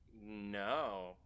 No